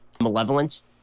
malevolence